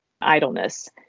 idleness